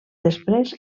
després